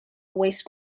waste